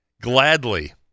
gladly